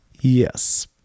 Yes